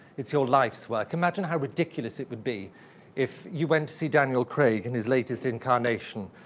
it's your life's work. imagine how ridiculous it would be if you went to see daniel craig in his latest incarnation,